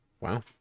wow